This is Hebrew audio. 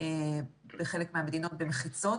בחלק מהמדינות, במחיצות.